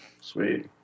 Sweet